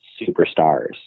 superstars